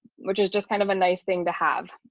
which is just kind of a nice thing to have.